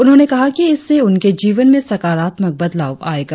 उन्होंने कहा कि इससे उनके जीवन में सकरात्मक बदलाव आएगा